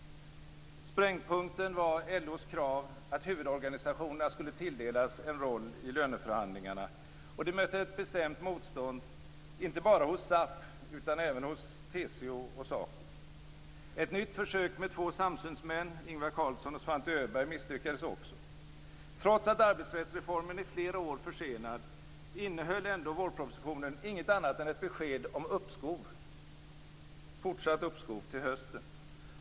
Sprängpunkten var LO:s krav att huvudorganisationerna skulle tilldelas en roll i löneförhandlingarna. Det mötte ett bestämt motstånd inte bara hos SAF utan även hos TCO och SACO. Ett nytt försök med två samsynsmän, Ingvar Carlsson och Svante Öberg, misslyckades också. Trots att arbetsrättsreformen är flera år försenad, innehöll ändå vårpropositionen inget annat än ett besked om fortsatt uppskov till hösten.